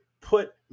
put